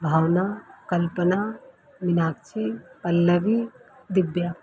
Bhavna Kalpana Meenakshi Pallavi Divya